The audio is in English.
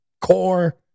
core